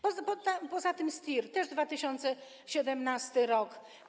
Poza tym STIR - to też 2017 r.